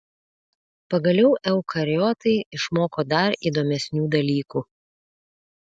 pagaliau eukariotai išmoko dar įdomesnių dalykų